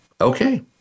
Okay